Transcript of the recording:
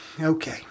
Okay